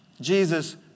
Jesus